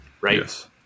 right